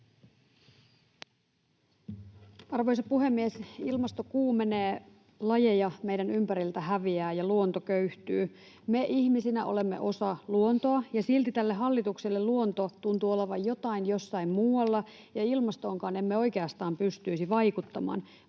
Arvoisa puhemies! Ilmasto kuumenee, lajeja meidän ympäriltämme häviää ja luonto köyhtyy. Me ihmisinä olemme osa luontoa, ja silti tälle hallitukselle luonto tuntuu olevan jotain jossain muualla, ja ilmastoonkaan emme oikeastaan pystyisi vaikuttamaan,